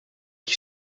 qui